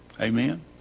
Amen